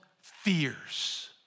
fears